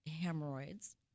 hemorrhoids